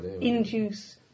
induce